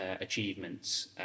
achievements